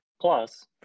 Plus